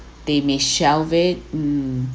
they may shelve it mm